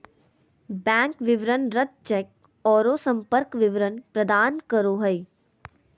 bank विवरण रद्द cheque औरो संपर्क विवरण प्रदान करो हइ